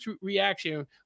reaction